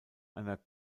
einer